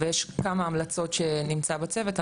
ויש כמה המלצות שנמצא בצוות.